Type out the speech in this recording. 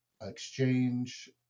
exchange